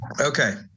Okay